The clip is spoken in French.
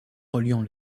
reliant